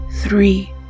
three